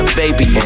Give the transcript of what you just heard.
baby